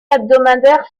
hebdomadaire